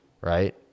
right